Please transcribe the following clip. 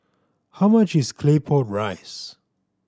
how much is Claypot Rice